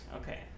Okay